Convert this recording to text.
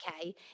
okay